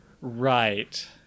Right